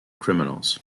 criminals